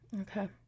Okay